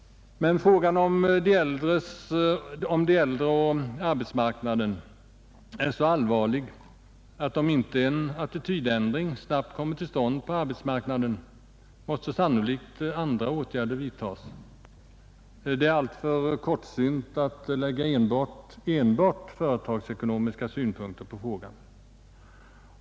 Men frågan om de äldre och arbetsmarknaden är så allvarlig att sannolikt andra åtgärder måste vidtagas om inte en attitydförändring snabbt kommer till stånd på arbetsmarknaden. Det är alltför kortsynt att lägga enbart företagsekonomiska synpunkter på frågan.